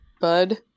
bud